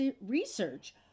research